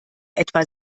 etwa